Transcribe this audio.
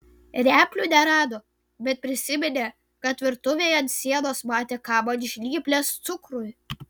replių nerado bet prisiminė kad virtuvėje ant sienos matė kabant žnyples cukrui